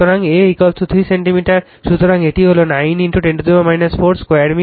সুতরাং A 3 centimetre সুতরাং এটি 9 10 4 স্কয়ার মিটার